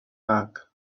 back